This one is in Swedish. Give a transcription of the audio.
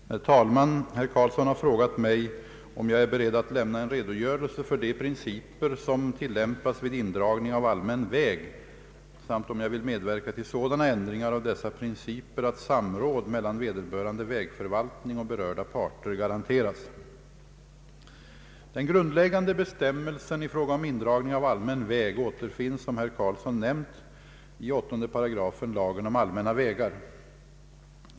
Herr talman! Herr Eric Carlsson har frågat mig om jag är beredd att lämna en redogörelse för de principer som tilllämpas vid indragning av allmän väg samt om jag vill medverka till sådana ändringar av dessa principer att samråd mellan vederbörande vägförvaltning och berörda parter garanteras. Den grundläggande bestämmelsen i fråga om indragning av allmän väg återfinns som herr Carlsson nämnt i 8 § lagen om allmänna vägar.